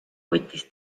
võttis